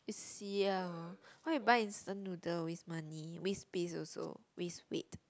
you siao why you buy instant noodle waste money waste space also waste weight